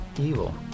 evil